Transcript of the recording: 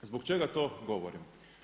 Zbog čega to govorim?